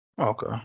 Okay